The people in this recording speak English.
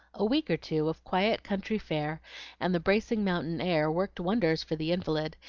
a week or two of quiet, country fare and the bracing mountain air worked wonders for the invalid,